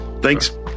thanks